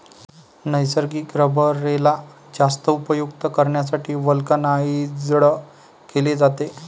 नैसर्गिक रबरेला जास्त उपयुक्त करण्यासाठी व्हल्कनाइज्ड केले जाते